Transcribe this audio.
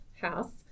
house